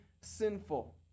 sinful